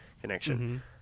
connection